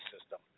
system